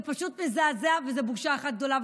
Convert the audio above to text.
זה פשוט מזעזע וזו בושה אחת גדולה.